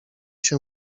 się